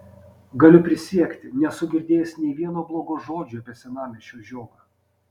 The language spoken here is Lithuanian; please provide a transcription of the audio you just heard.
galiu prisiekti nesu girdėjęs nei vieno blogo žodžio apie senamiesčio žiogą